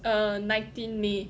err nineteen may